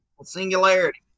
Singularity